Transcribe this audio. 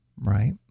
Right